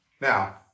Now